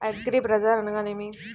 అగ్రిబజార్ అనగా నేమి?